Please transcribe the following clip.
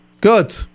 good